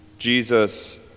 Jesus